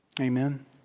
Amen